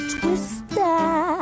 Twister